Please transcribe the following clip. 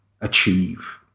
achieve